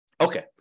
Okay